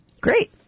Great